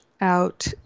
out